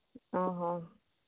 ᱚ ᱦᱚᱸ